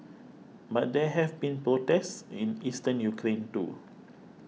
but there have been protests in Eastern Ukraine too